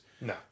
No